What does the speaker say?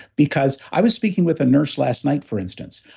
because, i was speaking with a nurse last night, for instance,